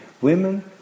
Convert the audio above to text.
Women